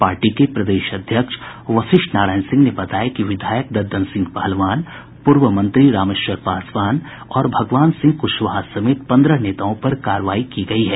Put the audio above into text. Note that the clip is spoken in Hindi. पार्टी के प्रदेश अध्यक्ष वशिष्ठ नारायण सिंह ने बताया कि विधायक ददन सिंह पहलवान पूर्व मंत्री रामेश्वर पासवान और भगवान सिंह कुशवाहा समेत पन्द्रह नेताओं पर कार्रवाई की गयी है